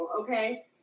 okay